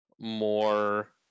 more